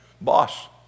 boss